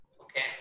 Okay